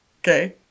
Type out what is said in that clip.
okay